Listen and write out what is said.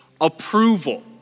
approval